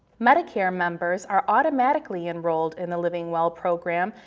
medicare members are automatically enrolled in the livingwell program,